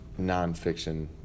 nonfiction